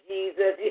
Jesus